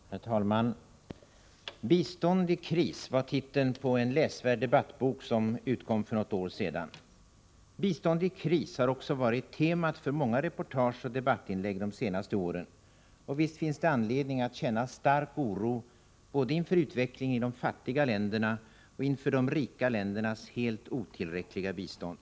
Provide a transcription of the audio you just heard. Herr talman! ”Bistånd i kris” var titeln på en läsvärd debattbok som utkom för något år sedan. Bistånd i kris har också varit temat för många reportage och debattinlägg de senaste åren. Och visst finns det anledning att känna — Nr 120 stark oro både inför utvecklingen i de fattiga länderna och inför de rika Onsdagen den ländernas helt otillräckliga bistånd.